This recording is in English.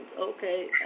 Okay